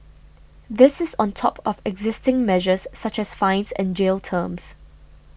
this is on top of existing measures such as fines and jail terms